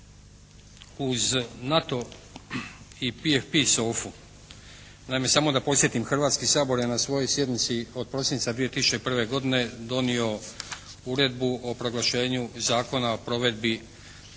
ne razumije./…, naime samo da podsjetim Hrvatski sabor je na svojoj sjednici od prosinca 2001. godine donio uredbu o proglašenju Zakona o provedbi tzv.